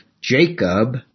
Jacob